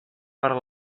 per